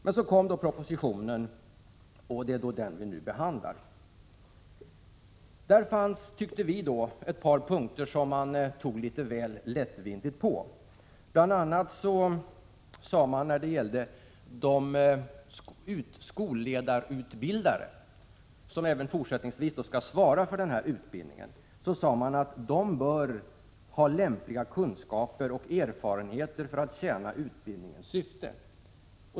Men så kom propositionen, och det är den som vi nu behandlar. Där fanns, tyckte vi, ett par punkter som man tog litet väl lättvindigt på. Bl. a. sade man att de skolledarutbildare som även fortsättningsvis skall svara för utbildningen bör ha lämpliga kunskaper och erfarenheter för att tjäna utbildningens syfte.